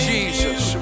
Jesus